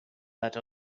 that